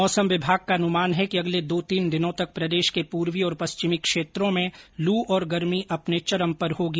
मौसम विभाग का अनुमान है कि अगले दो दिनों तक प्रदेश के पूर्वी और पश्चिमी क्षेत्रों में लू और गर्मी अपने चरम पर होगी